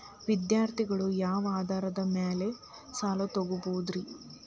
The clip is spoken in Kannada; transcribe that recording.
ವಿದ್ಯಾರ್ಥಿಗಳು ಯಾವ ಆಧಾರದ ಮ್ಯಾಲ ಸಾಲ ತಗೋಬೋದ್ರಿ?